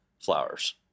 flowers